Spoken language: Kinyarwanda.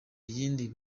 yindi